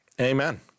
amen